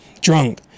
drunk